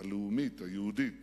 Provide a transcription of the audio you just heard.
הלאומית היהודית